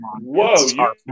whoa